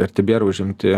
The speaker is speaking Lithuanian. ir tebėra užimti